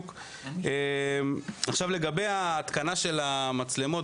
לגבי ההתקנה של המצלמות,